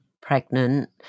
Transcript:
pregnant